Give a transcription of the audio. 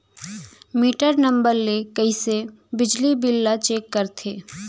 Metre number ले कइसे बिजली बिल ल चेक करथे?